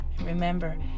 remember